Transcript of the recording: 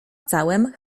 całem